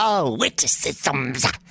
Witticisms